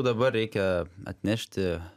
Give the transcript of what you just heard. dabar reikia atnešti